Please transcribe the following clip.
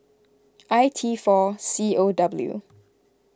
I T four C O W